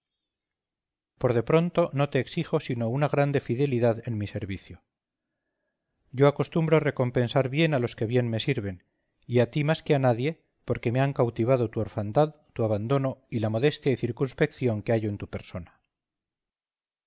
por de pronto no te exijo sino una grande fidelidad en mi servicio yo acostumbro recompensar bien a los que bien me sirven y a ti más que a nadie porque me han cautivado tu orfandad tu abandono y la modestia y circunspección que hallo en tu persona